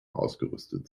ausgerüstet